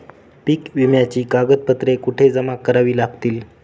पीक विम्याची कागदपत्रे कुठे जमा करावी लागतील?